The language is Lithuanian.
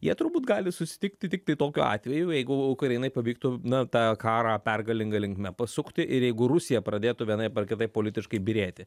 jie turbūt gali susitikti tiktai tokiu atveju jeigu ukrainai pavyktų na tą karą pergalinga linkme pasukti ir jeigu rusija pradėtų vienaip ar kitaip politiškai byrėti